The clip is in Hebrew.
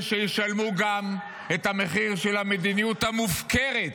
שישלמו גם את המחיר של המדיניות המופקרת